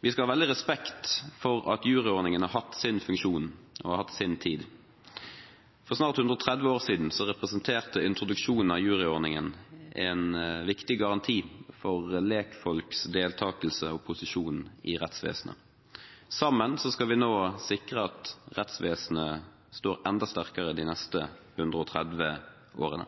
Vi skal ha stor respekt for at juryordningen har hatt sin funksjon og sin tid. For snart 130 år siden representerte introduksjonen av juryordningen en viktig garanti for lekfolks deltakelse og posisjon i rettsvesenet. Sammen skal vi nå sikre at rettsvesenet står enda sterkere de neste 130 årene.